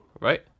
right